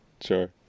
sure